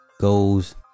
Goes